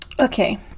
Okay